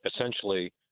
essentially